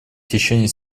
течение